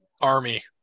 Army